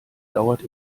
dauert